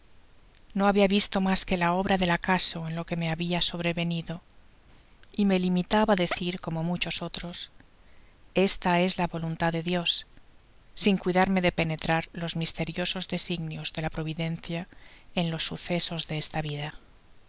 no habia visto mas que id obra del acaso en lo que me bahia sobrevenido y me limitaba á decir como muchos otros esta es la voluntad de dios sin cuidarme de penetrar los misteriosos designios de la providencia en los sucesos de esta vida